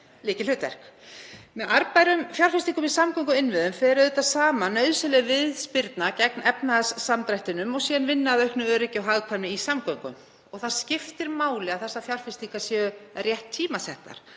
lykilhlutverk. Með arðbærum fjárfestingum í samgönguinnviðum fer auðvitað saman nauðsynleg viðspyrna gegn efnahagssamdrættinum og síðan vinna að auknu öryggi og hagkvæmni í samgöngum. Það skiptir máli að þessar fjárfestingar séu rétt tímasettar